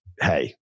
hey –